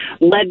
led